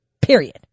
period